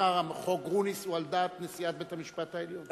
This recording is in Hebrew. גרוניס הוא על דעת נשיאת בית-המשפט העליון,